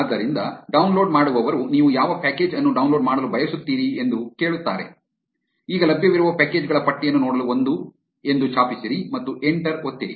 ಆದ್ದರಿಂದ ಡೌನ್ಲೋಡ್ ಮಾಡುವವರು ನೀವು ಯಾವ ಪ್ಯಾಕೇಜ್ ಅನ್ನು ಡೌನ್ಲೋಡ್ ಮಾಡಲು ಬಯಸುತ್ತೀರಿ ಎಂದು ಕೇಳುತ್ತಾರೆ ಈಗ ಲಭ್ಯವಿರುವ ಪ್ಯಾಕೇಜ್ ಗಳ ಪಟ್ಟಿಯನ್ನು ನೋಡಲು ಒಂದು ಎಂದು ಛಾಪಿಸಿರಿ ಮತ್ತು ಎಂಟರ್ ಒತ್ತಿರಿ